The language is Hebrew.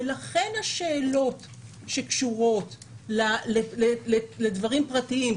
ולכן השאלות שקשורות לדברים פרטיים,